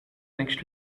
next